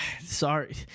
Sorry